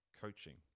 coaching